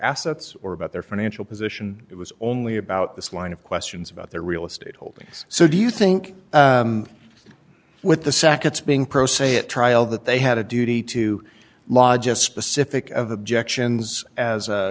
assets or about their financial position it was only about this line of questions about their real estate holdings so do you think with the sec it's being pro se at trial that they had a duty to lodge a specific objections as